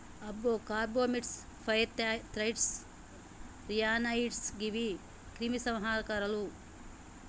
అబ్బో carbamates, pyrethroids, ryanoids గీవి క్రిమి సంహారకాలు